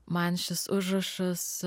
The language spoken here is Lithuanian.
man šis užrašas